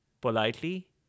Politely